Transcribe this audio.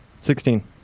Sixteen